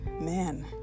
Man